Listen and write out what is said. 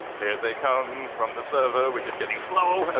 here they come from the server, which is getting slow.